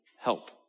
help